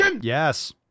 Yes